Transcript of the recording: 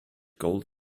gold